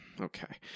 Okay